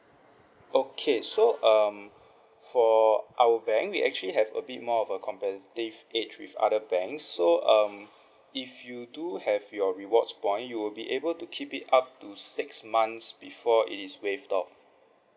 okay so um for our bank we actually have a bit more of a competitive edge with other banks so um if you do have your rewards point you will be able to keep it up to six months before it is waived off